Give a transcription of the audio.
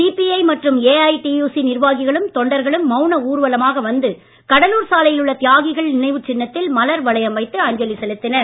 CBI மற்றும் AITUC நிர்வாகிகளும் தொண்டர்களும் மவுன ஊர்வலமாக வந்து கடலூர் சாலையில் உள்ள தியாகிகள் நினைவுச் சின்னத்தில் மலர் வளையம் வைத்து அஞ்சலி செலுத்தினர்